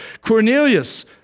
Cornelius